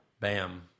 Bam